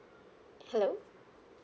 hello